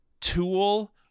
tool